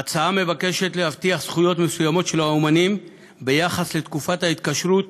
ההצעה מבקשת להבטיח זכויות מסוימות של אמנים לעניין תקופת התקשרות